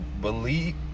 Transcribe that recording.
believe